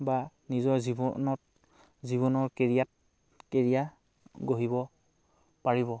বা নিজৰ জীৱনত জীৱনৰ কেৰিয়াত কেৰিয়াৰ গঢ়িব পাৰিব